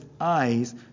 eyes